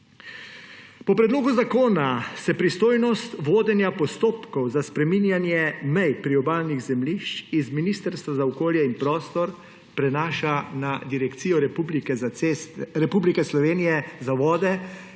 Po predlogu zakona se pristojnost vodenja postopkov za spreminjanje mej priobalnih zemljišč z Ministrstva za okolje in prostor prenaša na Direkcijo Republike Slovenije za vode,